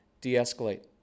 de-escalate